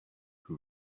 who